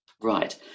Right